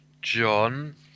John